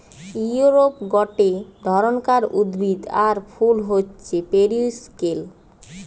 ইউরোপে গটে ধরণকার উদ্ভিদ আর ফুল হচ্ছে পেরিউইঙ্কেল